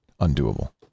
undoable